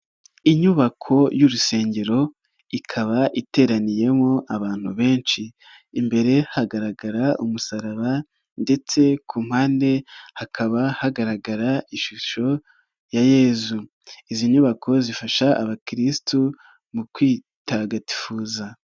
Inyubako y'urusengero ikaba iteraniyemo abantu benshi, imbere hagaragara umusaraba ndetse ku mpande hakaba hagaragara ishusho ya Yezu, izi nyubako zifasha abakirisitu mu kwitagatifuza.